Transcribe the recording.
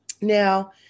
now